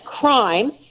crime